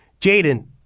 Jaden